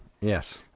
Yes